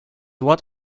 what